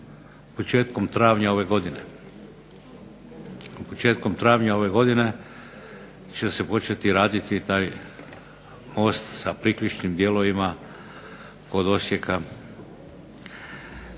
Početkom travnja ove godine će se početi raditi taj most sa priključnim dijelovima kod Osijeka.